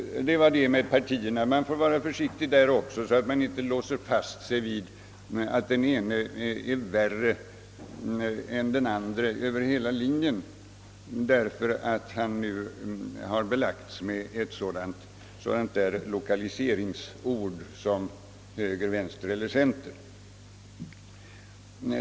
Man får beträffande partiledarna också vara försiktig så att man inte låser sig fast vid den uppfattningen, att den ene är sämre än den andre över hela linjen bara därför att han försetts med lokaliseringsord som höger, vänster eller center.